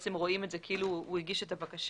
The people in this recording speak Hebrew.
רואים את זה כאילו הוא הגיש את הבקשה.